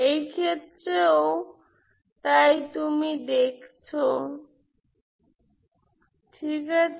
এই ক্ষেত্রেও তাই তুমি দেখছো ঠিক আছে